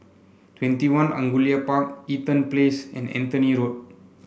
Twenty One Angullia Park Eaton Place and Anthony Road